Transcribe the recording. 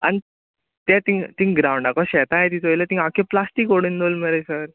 आनी ते thing thing ग्रावंडाको शेत आय ती चोयलें थिंगां आक्कें प्लाश्टीक उडोन दोल्ल मरे सर